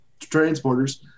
transporters